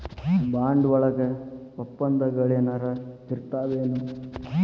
Bond ವಳಗ ವಪ್ಪಂದಗಳೆನರ ಇರ್ತಾವೆನು?